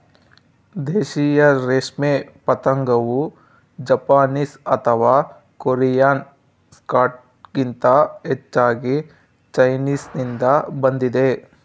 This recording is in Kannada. ದೇಶೀಯ ರೇಷ್ಮೆ ಪತಂಗವು ಜಪಾನೀಸ್ ಅಥವಾ ಕೊರಿಯನ್ ಸ್ಟಾಕ್ಗಿಂತ ಹೆಚ್ಚಾಗಿ ಚೈನೀಸ್ನಿಂದ ಬಂದಿದೆ